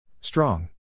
Strong